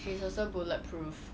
she is also bulletproof